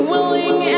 Willing